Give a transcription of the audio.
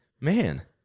Man